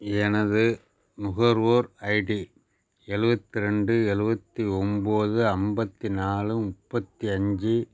எனது நுகர்வோர் ஐடி எழுவத்தி ரெண்டு எழுவத்தி ஒன்போது ஐம்பத்தி நாலு முப்பத்தி அஞ்சு